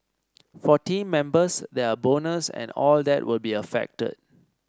for team members their bonus and all that will be affected